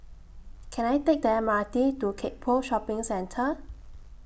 Can I Take The M R T to Gek Poh Shopping Centre